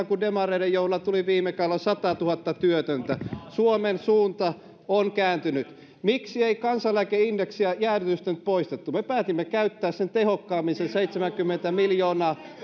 kun demareiden johdolla tuli viime kaudella satatuhatta työtöntä suomen suunta on kääntynyt miksi ei kansaneläkeindeksin jäädytystä poistettu me päätimme käyttää sen seitsemänkymmentä miljoonaa